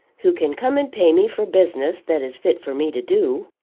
who can come and pay me for business that is fit for me to do.